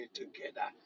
together